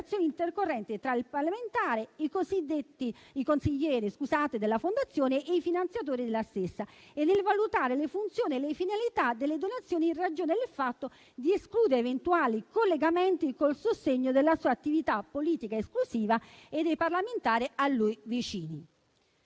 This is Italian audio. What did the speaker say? intercorrenti tra il parlamentare, i consiglieri della fondazione e i finanziatori della stessa, e nel valutare le funzioni e le finalità delle donazioni in ragione del fatto di escludere eventuali collegamenti col sostegno della sua attività politica esclusiva e dei parlamentari a lui vicini.